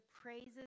praises